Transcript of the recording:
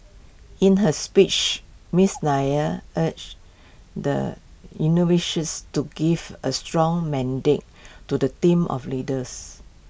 in her speech miss Nair urged the to give A strong mandate to the team of leaders